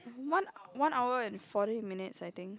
it's one one hour and forty minutes I think